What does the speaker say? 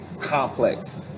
complex